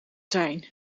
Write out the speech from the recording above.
zijn